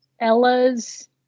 Ella's